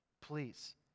Please